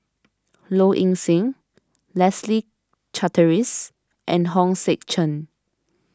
Low Ing Sing Leslie Charteris and Hong Sek Chern